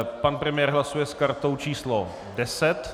Pan premiér hlasuje s kartou číslo 10.